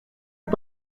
que